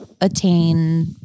attain